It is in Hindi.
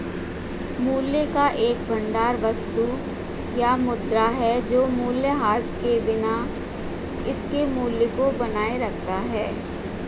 मूल्य का एक भंडार वस्तु या मुद्रा है जो मूल्यह्रास के बिना इसके मूल्य को बनाए रखता है